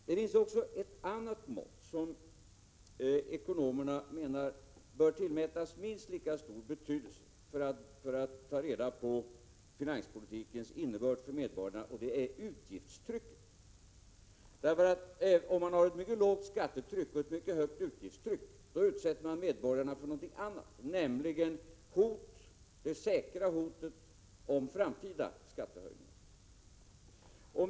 Det finns också ett annat mått för att ta reda på finanspolitikens innebörd för medborgarna som ekonomerna menar bör tillmätas minst lika stor betydelse, nämligen utgiftstrycket. Om man har ett mycket lågt skattetryck och ett mycket högt utgiftstryck utsätts medborgarna för det säkra hotet om framtida skattehöjningar.